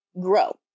grow